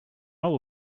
will